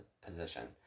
position